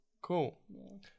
Cool